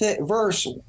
verse